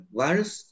virus